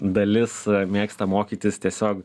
dalis mėgsta mokytis tiesiog